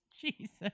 Jesus